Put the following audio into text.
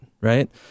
right